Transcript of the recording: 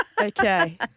Okay